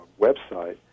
website